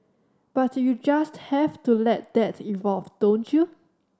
but you just have to let that evolve don't you